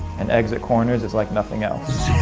and exit corners is like nothing else.